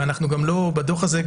ובדוח הזה,